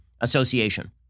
Association